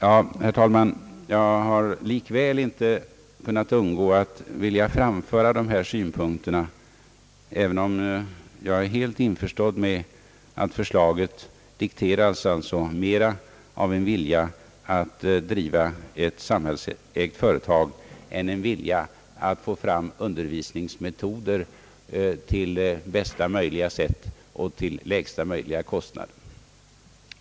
Herr talman, jag har likväl inte kunnat undgå att vilja framföra de här synpunkterna, även om jag är helt införstådd med att förslaget dikteras mer av en vilja att driva ett samhällsägt företag än en vilja att få fram undervisningsmetoder på bästa möjliga sätt och till lägsta möjliga kostnad.